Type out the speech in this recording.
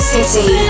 City